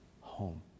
home